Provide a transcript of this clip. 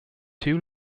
two